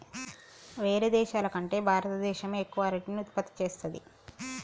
వేరే దేశాల కంటే భారత దేశమే ఎక్కువ అరటిని ఉత్పత్తి చేస్తంది